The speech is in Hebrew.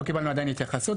לא קיבלנו עדיין התייחסות.